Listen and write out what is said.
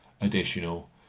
additional